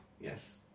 Yes